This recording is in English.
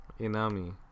Inami